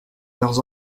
leurs